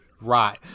Right